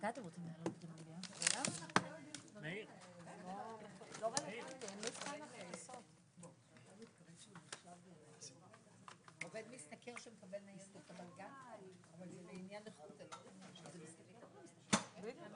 הישיבה ננעלה בשעה 11:10.